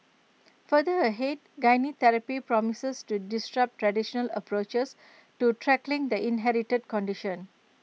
further ahead gene therapy promises to disrupt traditional approaches to tackling the inherited condition